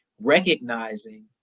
recognizing